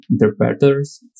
Interpreters